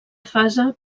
fase